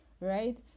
right